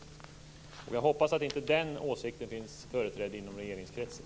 Jag hoppas att inte den åsikten finns företrädd inom regeringskretsen.